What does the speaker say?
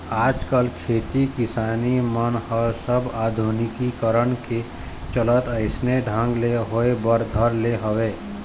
आजकल खेती किसानी मन ह सब आधुनिकीकरन के चलत अइसने ढंग ले होय बर धर ले हवय